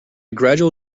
gradual